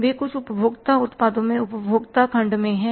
वे कुछ उपभोक्ता उत्पादों में उपभोक्ता खंड में हैं